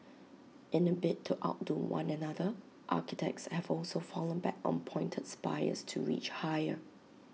in A bid to outdo one another architects have also fallen back on pointed spires to reach higher